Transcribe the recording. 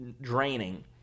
draining